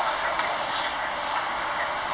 !wah! sibei bad